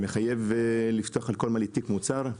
מחייב לפתוח לכל מעלית תיק מוצר,